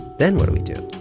then what do we do?